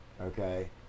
Okay